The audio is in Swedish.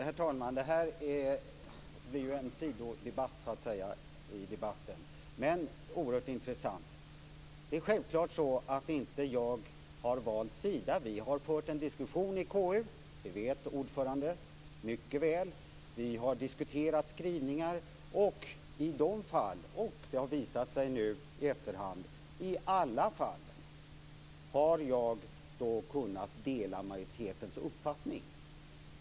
Herr talman! Det här är en sidodebatt i debatten, men oerhört intressant. Det är självklart att jag inte har valt sida. Vi har fört en diskussion i KU. Det vet ordföranden mycket väl. Vi har diskuterat skrivningar. Det har visat sig att jag i alla dessa fall har kunnat dela majoritetens uppfattning.